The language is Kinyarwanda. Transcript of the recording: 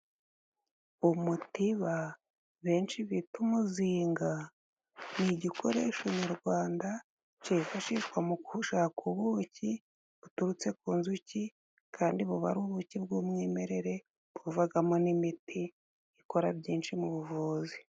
Umutiba benshi bita umuzinga ni igikoresho nyarwanda cifashishwa mu gushaka ubuki, buturutse ku nzuki kandi buba ari ubuki bw'umwimerere buvagamo n'imiti ikora byinshi mu buvuzi.